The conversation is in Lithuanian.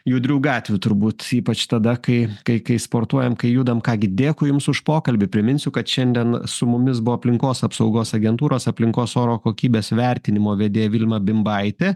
judrių gatvių turbūt ypač tada kai kai kai sportuojam kai judam ką gi dėkui jums už pokalbį priminsiu kad šiandien su mumis buvo aplinkos apsaugos agentūros aplinkos oro kokybės vertinimo vedėja vilma bimbaitė